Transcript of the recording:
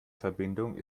verbindung